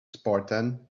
spartan